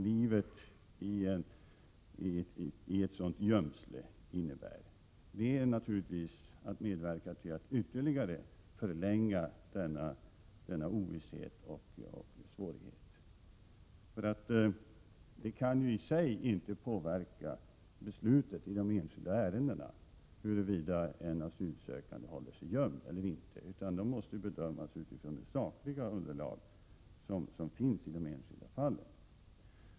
Huruvida de asylsökande håller sig gömda eller inte kan ju inte i sig påverka beslutet i de enskilda ärendena, utan dessa måste bedömas utifrån det sakliga underlag som finns i de enskilda fallen.